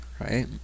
right